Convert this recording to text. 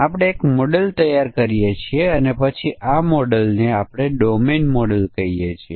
આપણે મજબૂત સમકક્ષ વર્ગ ટેસ્ટિંગની ડિઝાઇન પણ કરી શકીએ છીએ